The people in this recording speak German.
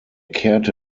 kehrte